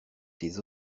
tes